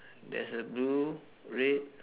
there's a blue red